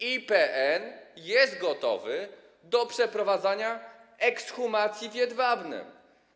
IPN jest gotowy do przeprowadzania ekshumacji w Jedwabnem.